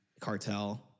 Cartel